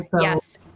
yes